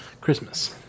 Christmas